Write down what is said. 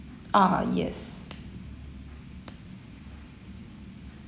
ah yes